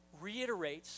reiterates